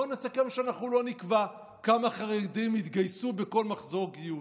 בואו נסכם שאנחנו לא נקבע כמה חרדים יתגייסו בכל מחזור גיוס.